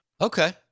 Okay